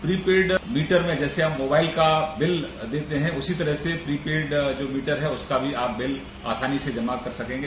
prepaid meter में जैसे आज मोबाइल का बिल देते हैं उसी तरह से प्रीपेड जो मीटर है उसका भी आप बिल आसानी से जमा कर सकेंगे